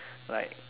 like